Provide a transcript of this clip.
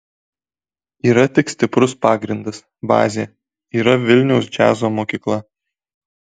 yra tik stiprus pagrindas bazė yra vilniaus džiazo mokykla